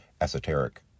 esoteric